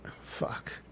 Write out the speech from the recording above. Fuck